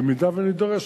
במידה ונידרש,